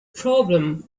problem